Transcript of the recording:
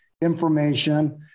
information